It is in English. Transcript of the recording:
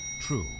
True